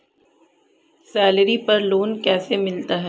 Salary पर loan कैसे मिलता है?